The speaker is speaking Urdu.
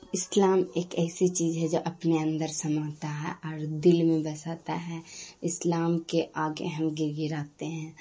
اسلام ایک ایسی چیز ہے جو اپنے اندر سمانتا اور دل میں بساتا ہے اسلام کے آگے ہم گڑگڑاتے ہیں